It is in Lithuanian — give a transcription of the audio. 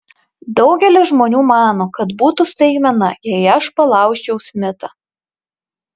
daugelis žmonių mano kad būtų staigmena jei aš palaužčiau smithą